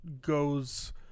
goes